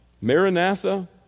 Maranatha